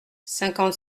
cinquante